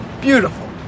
beautiful